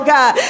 God